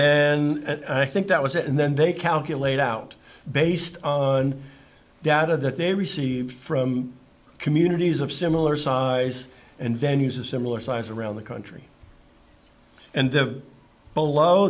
then i think that was it and then they calculate out based on data that they received from communities of similar size and then use a similar size around the country and the below